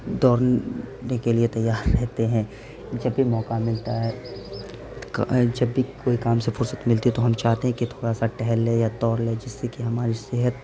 دوڑنے کے لیے تیار رہتے ہیں جب بھی موقع ملتا ہے جب بھی کوئی کام سے فرصت ملتی ہے تو ہم چاہتے ہیں کہ تھورا سا ٹہل لے یا دوڑ لے جس سے کہ ہماری صحت